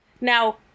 Now